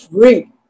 free